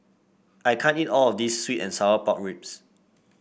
I can't eat all of this sweet and Sour Pork Ribs